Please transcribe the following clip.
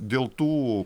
dėl tų